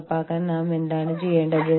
അറിവ് പങ്കിടലാണ് മറ്റൊന്ന്